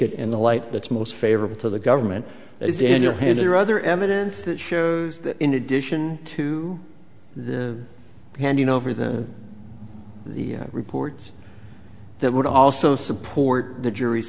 it in the light that's most favorable to the government that is in your hands or other evidence that shows that in addition to the handing over the the reports that would also support the jury's